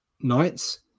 knights